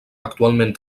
actualment